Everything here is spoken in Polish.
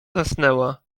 zasnęła